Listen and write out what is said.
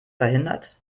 verhindert